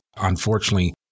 unfortunately